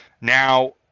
now